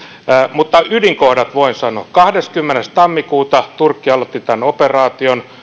mutta ydinkohdat voin sanoa kahdeskymmenes tammikuuta turkki aloitti tämän operaation